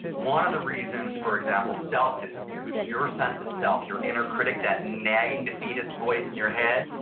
one of the reasons, for example self disappears. your sense of self, your inner critic, that nagging defeatist voice in your head,